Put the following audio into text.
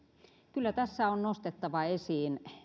kyllä tässä on nostettava esiin